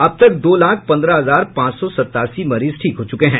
अब तक दो लाख पंद्रह हजार पांच सौ सतासी मरीज ठीक हो चुके हैं